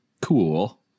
cool